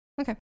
Okay